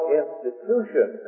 institution